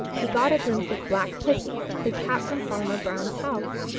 he got a glimpse of black pussy, the cat from farmer brown's house.